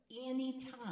anytime